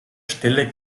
stelle